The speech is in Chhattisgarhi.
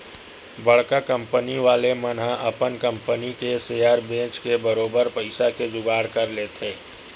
बड़का कंपनी वाले मन ह अपन कंपनी के सेयर बेंच के बरोबर पइसा के जुगाड़ कर लेथे